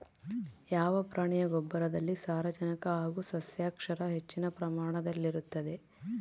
ಯಾವ ಪ್ರಾಣಿಯ ಗೊಬ್ಬರದಲ್ಲಿ ಸಾರಜನಕ ಹಾಗೂ ಸಸ್ಯಕ್ಷಾರ ಹೆಚ್ಚಿನ ಪ್ರಮಾಣದಲ್ಲಿರುತ್ತದೆ?